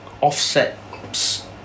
offset